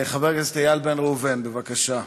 חבר הכנסת איל בן ראובן, בבקשה.